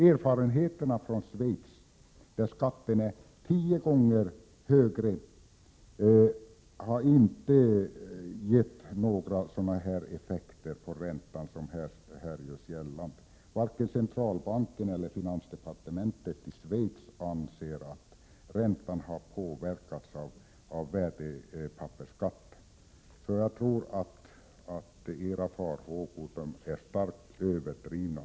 Erfarenheterna från Schweiz, där skatten är tio gånger högre, har inte visat några sådana effekter på räntan som här görs gällande. Varken centralbanken eller finansdepartementet i Schweiz anser att räntan har påverkats av värdepappersskatten, så jag tror att era farhågor är starkt överdrivna.